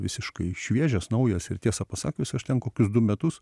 visiškai šviežias naujas ir tiesą pasakius aš ten kokius du metus